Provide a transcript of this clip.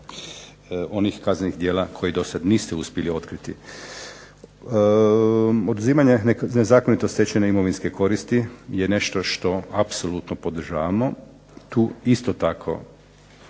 onih kaznenih djela kojih dosad niste uspjeli otkriti. oduzimanje nezakonito stečene imovinske koristi je nešto što apsolutno podržavamo, tu isto tako